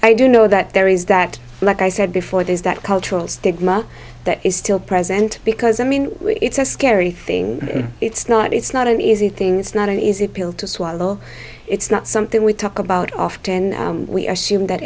do know that there is that like i said before it is that cultural stigma that is still present because i mean it's a scary thing it's not it's not an easy thing is not an easy pill to swallow it's not something we talk about often we assume that